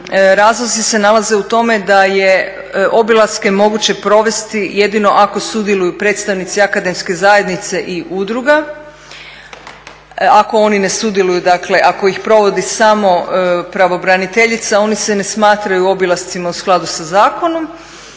razlozi se nalaze u tome da je obilaske moguće provesti jedino ako sudjeluju predstavnici akademske zajednice i udruga, a ako ih provodi samo pravobraniteljica oni se ne smatraju obilascima u skladu sa zakonom.